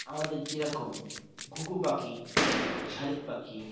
আমাদের যেরকম ঘুঘু পাখি শালিক পাখি